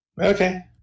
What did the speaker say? Okay